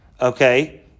Okay